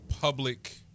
public